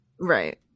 right